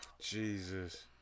Jesus